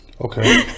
Okay